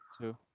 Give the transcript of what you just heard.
Two